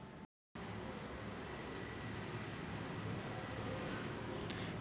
भारत जगात सर्वात जास्त डाळी, तांदूळ, दूध, ताग अन कापूस पिकवनारा देश हाय